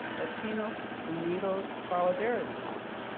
latinos unidos solidarity march.